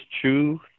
true